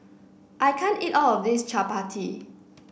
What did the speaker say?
I can't eat all of this Chapati